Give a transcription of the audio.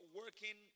working